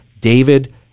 David